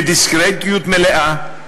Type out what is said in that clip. בדיסקרטיות מלאה,